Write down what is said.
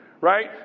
Right